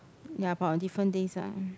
ya but on different days ah